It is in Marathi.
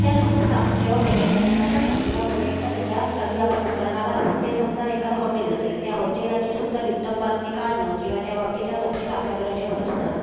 त्याचबरोबर आपण जेव्हा पर्यटनाला जातो तेव्हा पर्यटन ज्या स्थळी आपण उतरणार आहोत ते समजा एखादं हॉटेल असेल त्या हॉटेलाची सुद्धा बित्तंबातमी काढणं किंवा त्या बाबतीचा तपशील आपल्याकडे ठेवणंसुद्धा